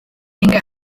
inge